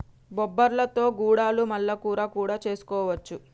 బొబ్బర్లతో గుడాలు మల్ల కూర కూడా చేసుకోవచ్చు